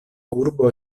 urbo